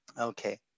Okay